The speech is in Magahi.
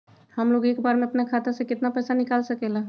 हमलोग एक बार में अपना खाता से केतना पैसा निकाल सकेला?